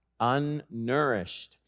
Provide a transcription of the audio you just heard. Unnourished